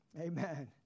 Amen